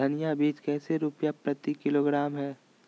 धनिया बीज कैसे रुपए प्रति किलोग्राम है?